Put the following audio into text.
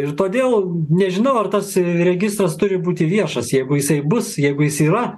ir todėl nežinau ar tas registras turi būti viešas jeigu jisai bus jeigu jis yra